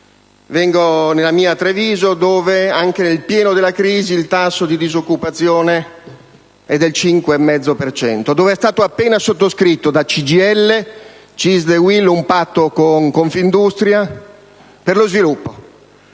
Parlo della mia Treviso dove, anche nel pieno della crisi, il tasso di disoccupazione è del 5 e mezzo per cento e dove è stato appena sottoscritto, da CGIL, CISL e UIL, un patto con Confindustria per lo sviluppo.